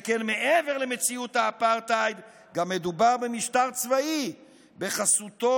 שכן מעבר למציאות האפרטהייד מדובר גם במשטר צבאי שבחסותו